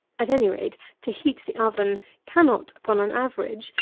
at any rate, to heat the oven cannot, upon an average,